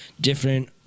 different